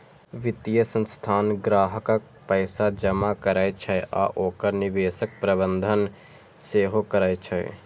वित्तीय संस्थान ग्राहकक पैसा जमा करै छै आ ओकर निवेशक प्रबंधन सेहो करै छै